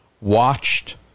watched